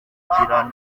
gushyikirana